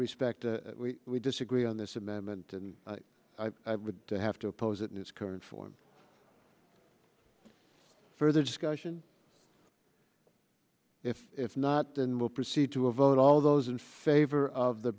respect we disagree on this amendment and i would have to oppose it in its current form further discussion if if not then we'll proceed to a vote all those in favor of the